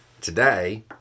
Today